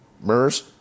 MERS